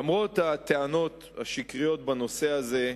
למרות הטענות השקריות בנושא הזה,